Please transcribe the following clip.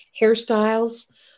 hairstyles